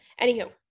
Anywho